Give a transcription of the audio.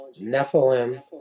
Nephilim